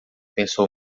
pensou